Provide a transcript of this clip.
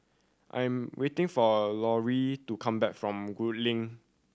I am waiting for Lori to come back from Gul Link